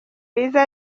biza